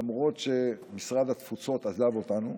למרות שמשרד התפוצות עזב אותנו,